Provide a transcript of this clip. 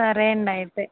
సరే అండి అయితే